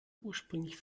ursprünglich